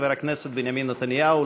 חבר הכנסת בנימין נתניהו,